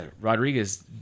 Rodriguez